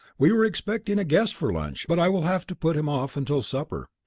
we were expecting a guest for lunch but i will have to put him off until supper.